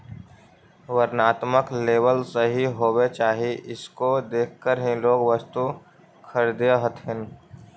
वर्णात्मक लेबल सही होवे चाहि इसको देखकर ही लोग वस्तु खरीदअ हथीन